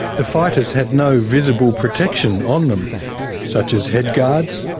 the fighters had no visible protection on them such as head guards,